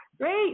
Great